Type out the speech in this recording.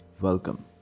welcome